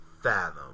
fathom